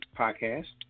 podcast